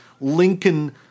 Lincoln